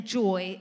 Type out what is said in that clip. joy